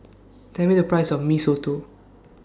Tell Me The Price of Mee Soto